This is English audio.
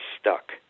stuck